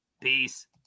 Peace